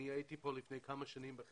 אני הייתי כאן לפני כמה שנים עת